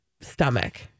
stomach